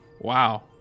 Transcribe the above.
Wow